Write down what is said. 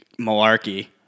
malarkey